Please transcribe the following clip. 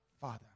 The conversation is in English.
Father